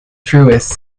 truest